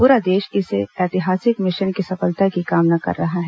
पूरा देश इस ऐतिहासिक मिशन की सफलता की कामना कर रहा है